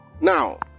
Now